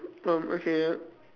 um okay ya